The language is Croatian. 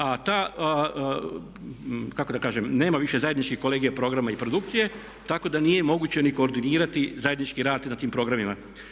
A ta kako da kažem nema više zajedničkih kolege programa i produkcije, tako da nije moguće ni koordinirati zajednički rad na tim programima.